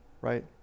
right